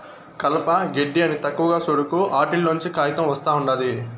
కలప, గెడ్డి అని తక్కువగా సూడకు, ఆటిల్లోంచే కాయితం ఒస్తా ఉండాది